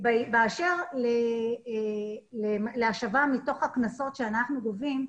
באשר להשבה מתוך הקנסות שאנחנו גובים,